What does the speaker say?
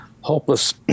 hopeless